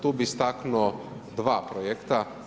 Tu bih istaknuo dva projekta.